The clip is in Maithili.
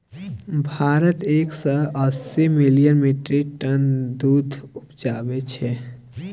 भारत एक सय अस्सी मिलियन मीट्रिक टन दुध उपजाबै छै